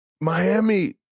Miami